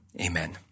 Amen